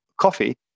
Coffee